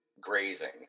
grazing